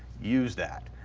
use that,